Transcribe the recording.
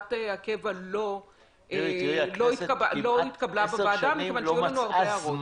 הוראת הקבע לא התקבלה בוועדה מכיוון שהיו לנו הרבה הערות.